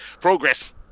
progress